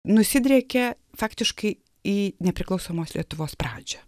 nusidriekia faktiškai į nepriklausomos lietuvos pradžią